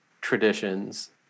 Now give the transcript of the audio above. traditions